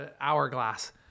hourglass